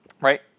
right